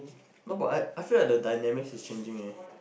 no but I I feel that the dynamics is changing eh